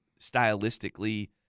stylistically